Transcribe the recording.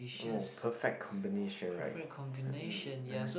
oh perfect combination right